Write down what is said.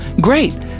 Great